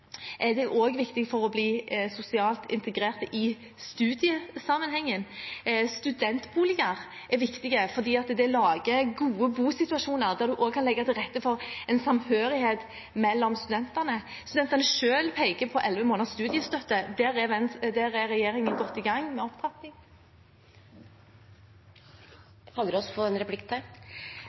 er også viktig for å bli sosialt integrert i studiesammenhengen. Studentboliger er viktige for å lage gode bosituasjoner der en også kan legge til rette for en samhørighet mellom studentene. Studentene selv peker på elleve måneders studiestøtte. Der er regjeringen godt i gang med opptrapping. Spørsmålet var om ministeren var villig til å lage en